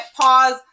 pause